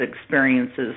experiences